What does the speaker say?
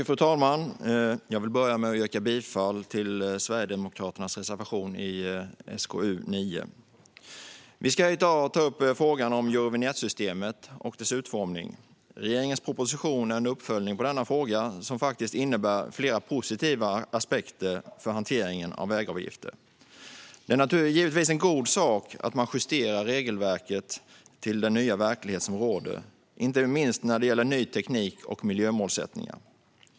Fru talman! Jag vill börja med att yrka bifall till Sverigedemokraternas reservation i SkU9. Vi ska i dag ta upp frågan om utformningen av Eurovinjettsystemet. Regeringens proposition är en uppföljning i denna fråga, som faktiskt innebär flera positiva aspekter för hanteringen av vägavgifter. Det är givetvis en god sak att man justerar regelverket till den nya verklighet som råder, inte minst vad gäller ny teknik och miljömålsättningar.